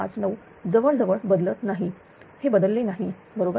9659 जवळजवळ बदलत नाही हे बदललेले नाही बरोबर